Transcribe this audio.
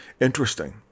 interesting